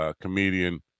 comedian